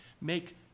make